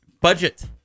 Budget